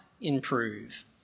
improve